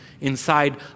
inside